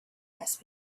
asked